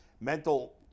Mental